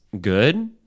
good